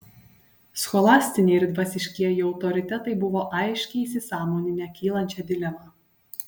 scholastiniai ir dvasiškieji autoritetai buvo aiškiai įsisąmoninę kylančią dilemą